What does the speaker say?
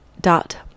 dot